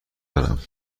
دارم